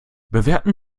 bewerten